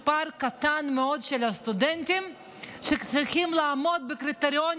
כי יש מספר ממש קטן של סטודנטים שצריכים לעמוד בקריטריונים